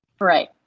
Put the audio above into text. Right